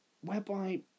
Whereby